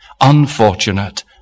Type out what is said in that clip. unfortunate